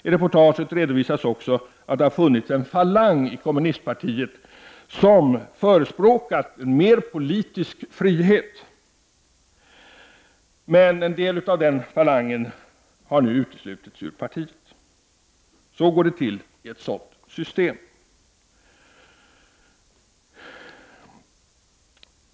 I reportaget redovisas också att det har funnits en falang inom kommunistpartiet som förespråkat mer politisk frihet. En del av den falangen har nu uteslutits ur partiet. Så går det till i ett sådant system.